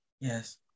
Yes